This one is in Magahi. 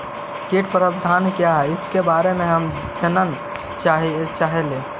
कीट प्रबनदक क्या है ईसके बारे मे जनल चाहेली?